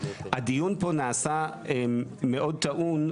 הדיון פה נעשה מאוד טעון,